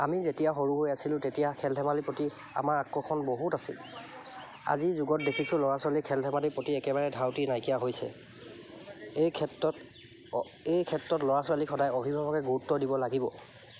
আমি যেতিয়া সৰু হৈ আছিলোঁ তেতিয়া খেল ধেমালিৰ প্ৰতি আমাৰ আকৰ্ষণ বহুত আছিল আজিৰ যুগত দেখিছোঁ ল'ৰা ছোৱালী খেল ধেমালিৰ প্ৰতি একেবাৰে ধাউতি নাইকিয়া হৈছে এই ক্ষেত্ৰত এই ক্ষেত্ৰত ল'ৰা ছোৱালীক সদায় অভিভাৱকে গুৰুত্ব দিব লাগিব